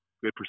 good